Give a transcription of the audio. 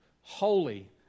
holy